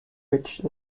ridge